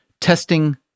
testing